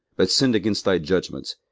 but sinned against thy judgments,